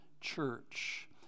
church